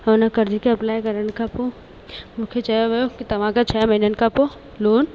हुन कर्ज खे अप्लाए करण खां पो मुखे चयो वियो की तव्हांखे छह महीननि खां पोइ लोन